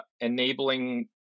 enabling